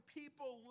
people